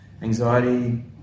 anxiety